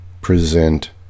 present